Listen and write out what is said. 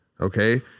okay